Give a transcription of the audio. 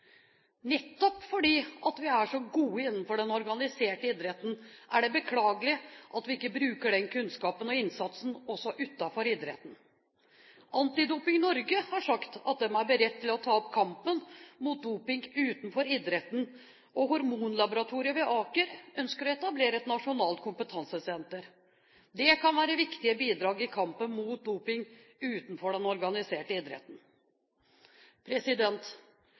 Nettopp fordi vi er så gode innenfor den organiserte idretten, er det beklagelig at vi ikke bruker den kunnskapen og innsatsen også utenfor idretten. Antidoping Norge har sagt at de er beredt til å ta opp kampen mot doping utenfor idretten, og Hormonlaboratoriet ved Aker universitetssykehus ønsker å etablere et nasjonalt kompetansesenter. Det kan være viktige bidrag i kampen mot doping utenfor den organiserte idretten.